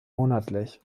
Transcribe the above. monatlich